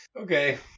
Okay